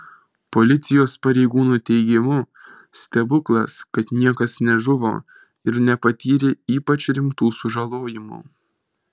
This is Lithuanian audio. policijos pareigūnų teigimu stebuklas kad niekas nežuvo ir nepatyrė ypač rimtų sužalojimų